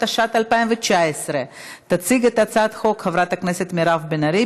התשע"ט 2019. תציג את הצעת החוק חברת הכנסת מירב בן ארי,